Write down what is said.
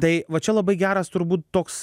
tai va čia labai geras turbūt toks